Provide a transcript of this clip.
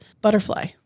butterfly